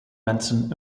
mensen